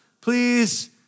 Please